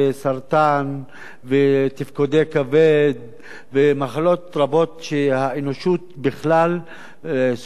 ותפקודי כבד ומחלות רבות שהאנושות בכלל סובלת מהן,